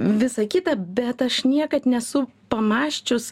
visa kita bet aš niekad nesu pamąsčius